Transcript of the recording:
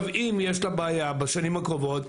אם יש לה בעיה בשנים הקרובות,